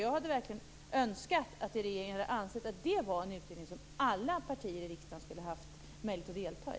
Jag hade verkligen önskat att regeringen hade ansett att det var en utredning som alla partier i riksdagen skulle haft möjlighet att delta i.